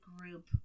group